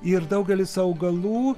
ir daugelis augalų